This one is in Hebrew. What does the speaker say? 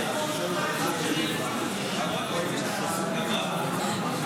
הסתייגות 67 לא נתקבלה.